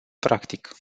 practic